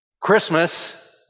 Christmas